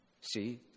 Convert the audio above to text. See